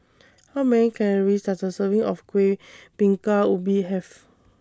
How Many Calories Does A Serving of Kueh Bingka Ubi Have